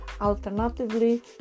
Alternatively